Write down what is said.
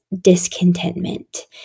discontentment